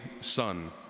son